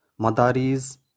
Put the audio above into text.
madaris